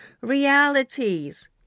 realities